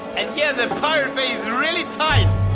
and yeah, the pirate bay is really tight!